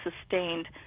sustained